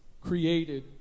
created